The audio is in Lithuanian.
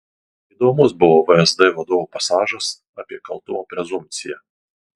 įdomus buvo vsd vadovo pasažas apie kaltumo prezumpciją